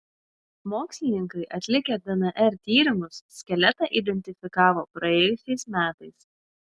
mokslininkai atlikę dnr tyrimus skeletą identifikavo praėjusiais metais